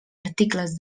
articles